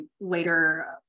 later